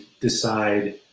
decide